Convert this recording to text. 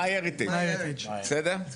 MyHeritage בסדר?